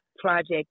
Project